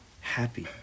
happy